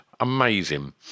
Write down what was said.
amazing